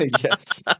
Yes